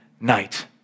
night